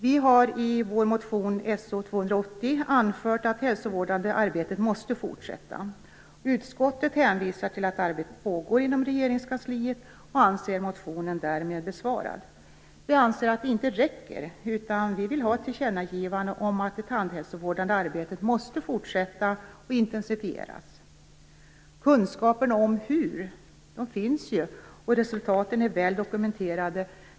Vi har i vår motion So280 anfört att det hälsovårdande arbetet måste fortsätta. Utskottet hänvisar till att arbetet pågår inom Regeringskansliet och anser motionen därmed besvarad. Vi anser att det inte räcker utan vi vill ha ett tillkännagivande om att det tandhälsovårdande arbetet måste fortsätta och intensifieras. Kunskaper om hur finns ju och resultaten är väl dokumenterade.